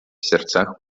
сердцах